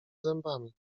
zębami